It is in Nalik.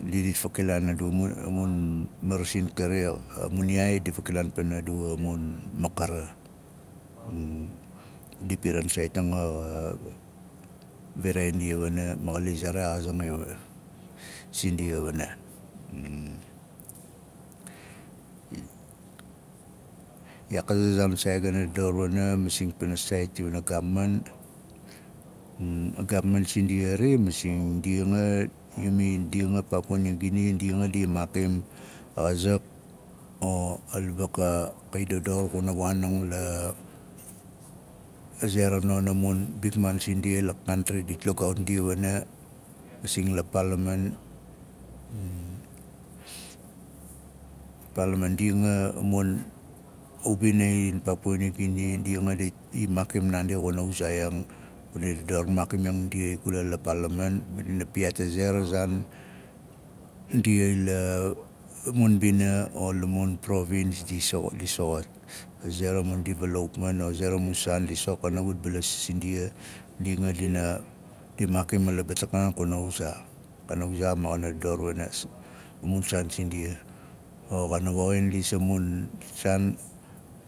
Mdi dit fakilaan a du a mun marasin kari a mun yaai di vakilaan pana du a mun makara a di piran saait anga xa viraai ndia wana ma xa lis a rexaazing sindia wana a gaapman sindia xari masing ndi anga ndi anga masing ndi anga yumi paapuwa niu guini ndi anga di maakim a xazak o a labat ka- ka i dador xuna woanang la a ze na non a mun bikman sindia la kaantri dit lugaaut ndia wana masing la paalanman paalaman ndi anga di i maakim ing ndia i kula la paalaman ma dina piyaat a ze ra zaan ndia la- a mun mbina o la mun provins di soxot di soxot a ze ra mun divaloupman o a ze ra mu saan ndi so kana wut balas sindia ndi anga di- di maakim a labata kanaan kuna wuzaa kana wuzaa ma xana dador wana a mun saan sindia o xana woxin a mun saan